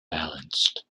balanced